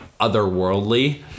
otherworldly